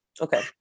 Okay